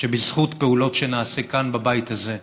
שבזכות פעולות שנעשה כאן, בבית הזה,